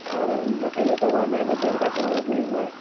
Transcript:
हाँ मैम बताइये कब आना है मैं देख जाता हूँ आके एक बार